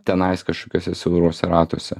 tenais kažkokiuose siauruose ratuose